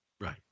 Right